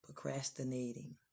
procrastinating